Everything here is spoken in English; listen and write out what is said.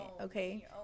okay